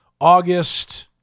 August